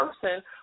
person